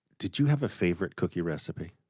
did you have a favorite cookie recipe?